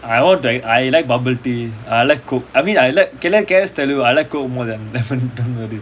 I like bubble tea I like coke I mean I like can I can I just tell you I like coke more than lemon tea